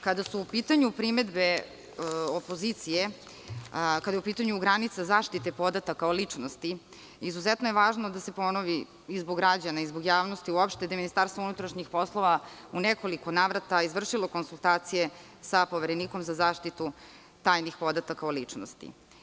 Kada su u pitanju primedbe opozicije, kada je u pitanju granica zaštite podataka o ličnosti, izuzetno je važno da se ponovi i zbog građana i zbog javnosti uopšte, da je MUP u nekoliko navrata izvršilo konsultacije sa Poverenikom za zaštitu tajnih podataka o ličnosti.